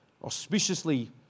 Auspiciously